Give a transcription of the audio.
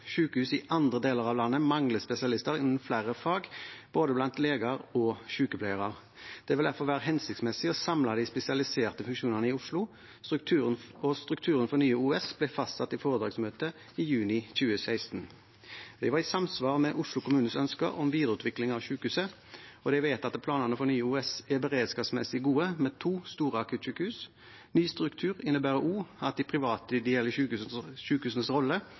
i andre deler av landet mangler spesialister innen flere fag, blant både leger og sykepleiere. Det vil derfor være hensiktsmessig å samle de spesialiserte funksjonene i Oslo. Strukturen for Nye OUS ble fastsatt i foretaksmøtet i juni 2016. Det var i samsvar med Oslo kommunes ønske om videreutvikling av sykehuset, og de vedtatte planene for Nye OUS er beredskapsmessig gode med to store akuttsykehus. Ny struktur innebærer også at de private